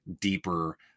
deeper